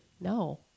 No